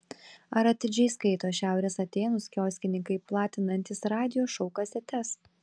ar atidžiai skaito šiaurės atėnus kioskininkai platinantys radijo šou kasetes